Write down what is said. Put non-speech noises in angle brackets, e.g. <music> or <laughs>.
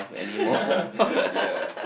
<laughs> ya